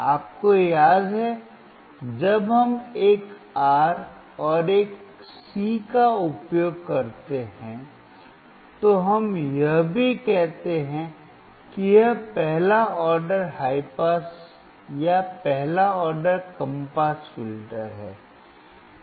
आपको याद है जब हम एक R और एक C का उपयोग करते हैं तो हम यह भी कहते हैं कि यह पहला ऑर्डर हाई पास या पहला ऑर्डर कम पास फिल्टर है